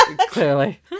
clearly